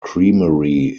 creamery